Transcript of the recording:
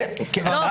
לא,